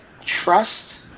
trust